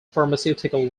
pharmaceutical